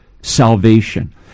salvation